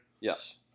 Yes